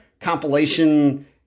compilation